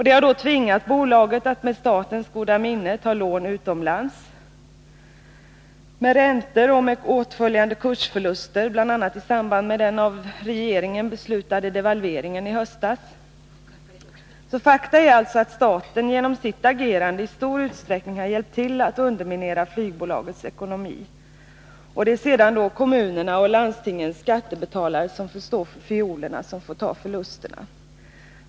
Det har tvingat bolaget att med statens goda minne ta lån utomlands med räntor och åtföljande kursförsluster som följd, bl.a. i samband med den av regeringen beslutade devalveringen i höstas. Fakta är alltså att staten genom sitt agerande i stor utsträckning har hjälpt till att underminera flygbolagets ekonomi. Det blir kommunernas och landstingets skattebetalare som får ta förlusterna.